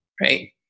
right